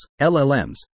LLMs